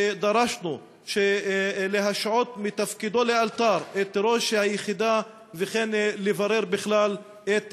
ודרשנו להשעות מתפקידו לאלתר את ראש היחידה ולברר בכלל את